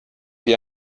wie